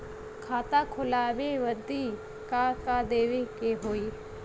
खाता खोलावे बदी का का देवे के होइ?